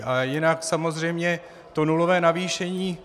Ale jinak samozřejmě to nulové navýšení.